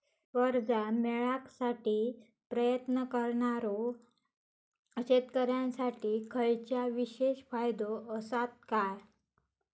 कर्जा मेळाकसाठी प्रयत्न करणारो शेतकऱ्यांसाठी खयच्या विशेष फायदो असात काय?